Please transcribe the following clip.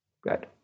Good